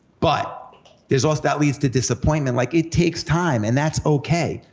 but there's also, that leads to disappointment, like it takes time, and that's okay,